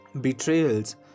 betrayals